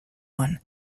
one